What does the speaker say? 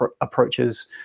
approaches